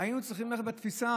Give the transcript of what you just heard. היינו צריכים ללכת לתפיסה